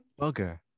bugger